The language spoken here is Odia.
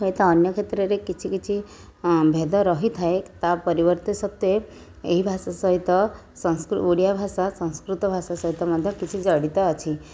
ହୁଏତ ଅନ୍ୟ କ୍ଷେତ୍ରରେ କିଛି କିଛି ଭେଦ ରହିଥାଏ ତା' ପରିବର୍ତ୍ତେ ସତ୍ତ୍ୱେ ଏହି ଭାଷା ସହିତ ସଂସ୍କ ଓଡ଼ିଆ ଭାଷା ସଂସ୍କୃତ ଭାଷା ସହିତ ମଧ୍ୟ କିଛି ଜଡ଼ିତ ଅଛି